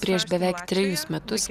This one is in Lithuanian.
prieš beveik trejus metus